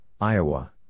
Iowa